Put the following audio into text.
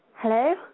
Hello